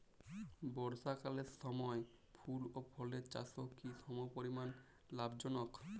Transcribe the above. বর্ষাকালের সময় ফুল ও ফলের চাষও কি সমপরিমাণ লাভজনক?